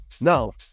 Now